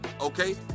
Okay